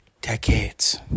decades